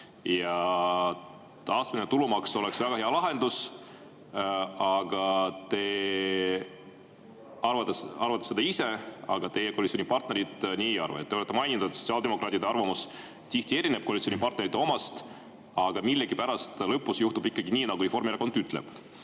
ja astmeline tulumaks oleks väga hea lahendus. Teie arvate seda, aga teie koalitsioonipartnerid nii ei arva. Te olete maininud, et sotsiaaldemokraatide arvamus tihti erineb koalitsioonipartnerite omast. Aga millegipärast lõpuks juhtub ikkagi nii, nagu Reformierakond ütleb.